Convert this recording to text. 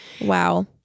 Wow